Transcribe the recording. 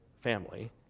family